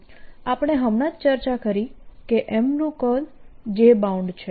આપણે હમણાં જ ચર્ચા કરી કે M નું કર્લ Jbound છે